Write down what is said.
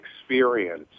experience